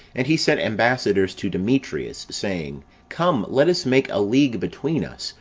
and he sent ambassadors to demetrius, saying come, let us make a league between us,